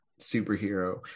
superhero